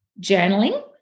journaling